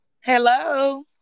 Hello